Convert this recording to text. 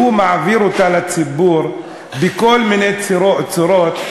והוא מעביר אותם לציבור בכל מיני צורות,